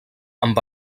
amb